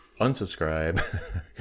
unsubscribe